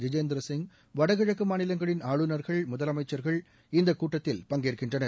ஜிதேந்திர சிங் வடகிழக்கு மாநிலங்களின் ஆளுநர்கள் முதலமைச்சர்கள் இந்த கூட்டத்தில் பங்கேற்கின்றனர்